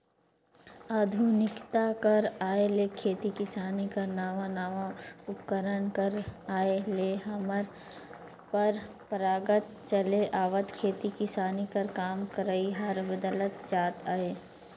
आधुनिकता कर आए ले खेती किसानी कर नावा नावा उपकरन कर आए ले हमर परपरागत चले आवत खेती किसानी कर काम करई हर बदलत जात अहे